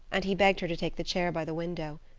and he begged her to take the chair by the window.